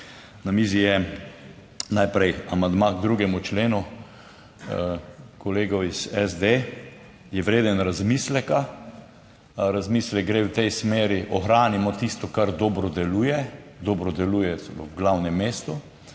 Na mizi je najprej amandma k 2. členu kolegov iz SD, je vreden razmisleka, razmislek gre v tej smeri, ohranimo tisto, kar dobro deluje, dobro deluje celo v glavnem mestu